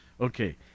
Okay